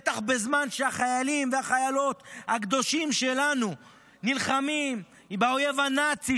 בטח בזמן שהחיילים והחיילות הקדושים שלנו נלחמים באויב הנאצי,